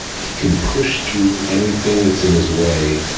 can push through anything that's in his way,